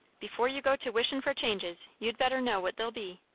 before you go to wishin' for changes, you'd better know what they'll be.